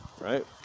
right